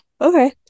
okay